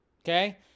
Okay